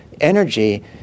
energy